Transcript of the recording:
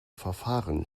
verfahren